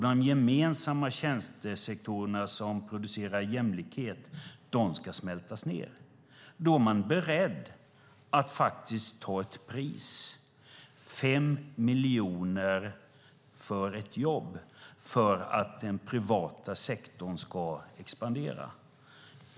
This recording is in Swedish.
De gemensamma tjänstesektorerna, som producerar jämlikhet, ska smältas ned. Då är man beredd att ta ett pris, 5 miljoner för ett jobb, för att den privata sektorn ska expandera.